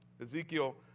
Ezekiel